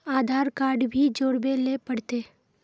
आधार card भी जोरबे ले पड़ते?